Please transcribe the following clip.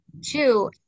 two